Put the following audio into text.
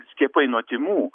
skiepai nuo tymų